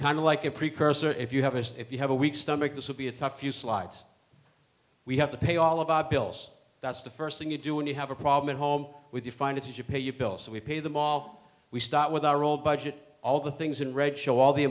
kind of like a precursor if you have it if you have a weak stomach this will be a tough few slides we have to pay all of our bills that's the first thing you do when you have a problem at home with you find it's you pay your bills we pay them all we start with our old budget all the things in red show all the